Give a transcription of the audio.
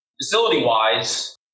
Facility-wise